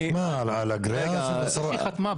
שחתמו על תצהירים שהם בעד